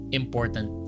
important